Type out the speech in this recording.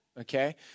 okay